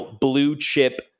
blue-chip